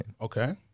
Okay